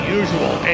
usual